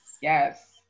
yes